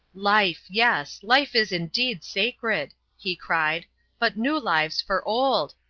life, yes, life is indeed sacred! he cried but new lives for old!